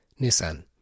Nissan